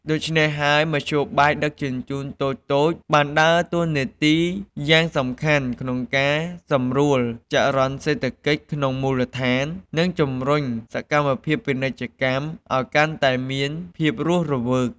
ដូច្នេះហើយ មធ្យោបាយដឹកជញ្ជូនតូចៗបានដើរតួនាទីយ៉ាងសំខាន់ក្នុងការសម្រួលចរន្តសេដ្ឋកិច្ចក្នុងមូលដ្ឋាន និងជំរុញសកម្មភាពពាណិជ្ជកម្មឱ្យកាន់តែមានភាពរស់រវើក។